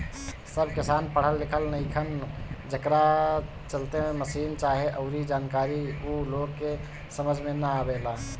सब किसान पढ़ल लिखल नईखन, जेकरा चलते मसीन चाहे अऊरी जानकारी ऊ लोग के समझ में ना आवेला